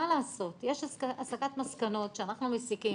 מה לעשות, יש הסקת מסקנות שאנחנו מסיקים